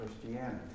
Christianity